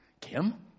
Kim